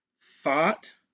thought